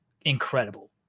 incredible